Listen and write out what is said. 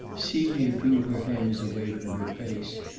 celia drew her hands away from her face.